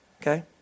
okay